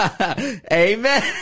Amen